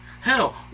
Hell